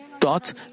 thoughts